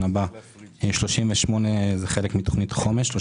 הבא: 38 מיליון ש"ח זה חלק מתוכנית החומש.